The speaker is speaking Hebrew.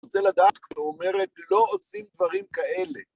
אני רוצה לדעת כמו אומרת, לא עושים דברים כאלה.